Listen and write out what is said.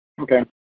Okay